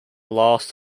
last